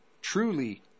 truly